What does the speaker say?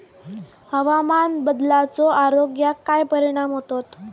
हवामान बदलाचो आरोग्याक काय परिणाम होतत?